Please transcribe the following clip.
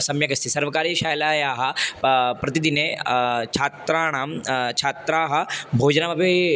सम्यगस्ति सर्वकारीयशालायाः प्रतिदिने छात्राणां छात्राः भोजनमपि